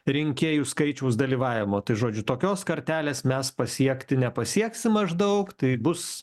rinkėjų skaičiaus dalyvavimo tai žodžiu tokios kartelės mes pasiekti nepasieksim maždaug tai bus